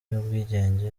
y’ubwigenge